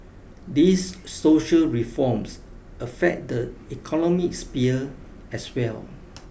these social reforms affect the economic sphere as well